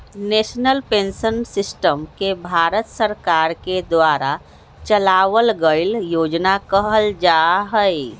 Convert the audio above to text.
national pension system के भारत सरकार के द्वारा चलावल गइल योजना कहल जा हई